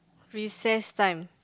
recess time